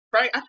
Right